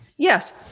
Yes